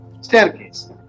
staircase